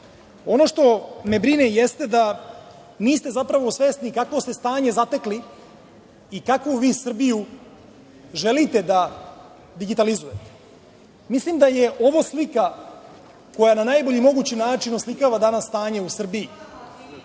što me brine jeste da niste zapravo svesni kakvo ste stanje zatekli i kako vi Srbiju želite da digitalizujete. Mislim da je ovo slika koja na najbolji mogući način oslikava danas stanje u Srbiji.